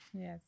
Yes